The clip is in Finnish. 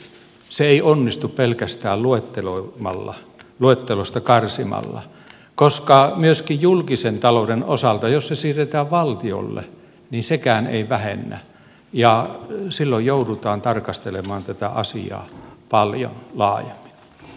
se ei onnistu pelkästään luetteloimalla luettelosta karsimalla koska myöskin julkisen talouden osalta jos se siirretään valtiolle niin sekään ei vähennä ja silloin joudutaan tarkastelemaan tätä asiaa paljon laajemmin